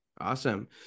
Awesome